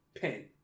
pen